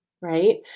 right